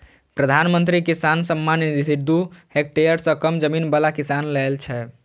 प्रधानमंत्री किसान सम्मान निधि दू हेक्टेयर सं कम जमीन बला किसान लेल छै